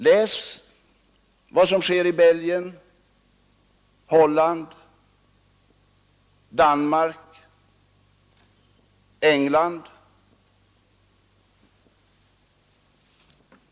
Läs om vad som sker i Belgien, Holland, Danmark och England!